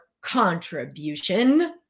contribution